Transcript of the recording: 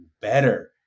better